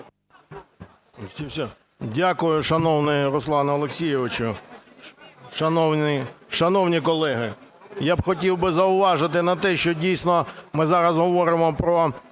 Дякую, шановний Руслане Олексійовичу. Шановні колеги, я б хотів би зауважити на те, що дійсно ми зараз говоримо про